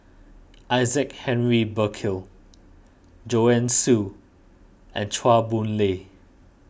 Isaac Henry Burkill Joanne Soo and Chua Boon Lay